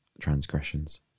transgressions